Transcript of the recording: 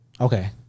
okay